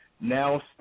now